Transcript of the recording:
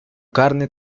carne